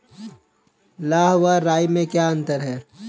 लाह व राई में क्या अंतर है?